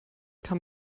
kam